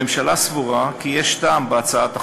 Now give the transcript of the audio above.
הממשלה סבורה כי יש טעם בהצעת החוק.